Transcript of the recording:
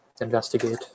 investigate